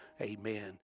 Amen